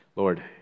Lord